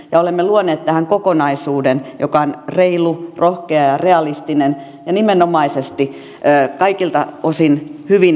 olemme luoneet tähän kokonaisuuden mikä on reilu rohkea ja realistinen ja nimenomaisesti kaikilta osin hyvin kestävä